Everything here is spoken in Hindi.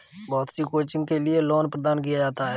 बहुत सी कोचिंग के लिये लोन प्रदान किया जाता है